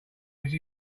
which